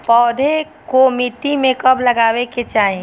पौधे को मिट्टी में कब लगावे के चाही?